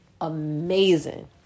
amazing